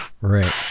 Right